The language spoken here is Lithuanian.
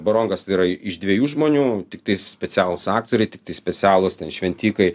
barongas tai yra iš dviejų žmonių tiktai specialūs aktoriai tiktai specialūs ten šventikai